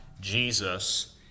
Jesus